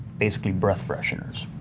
basically breath-fresheners,